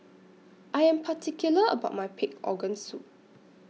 I Am particular about My Pig Organ Soup